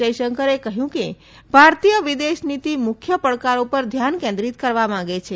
જયશંકરે કહ્યું કે ભારતીય વિદેશનીતી મુખ્ય પડકારો પર ધ્યાન કેન્દ્રિત કરવા માંગે છે